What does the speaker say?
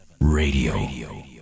Radio